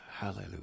hallelujah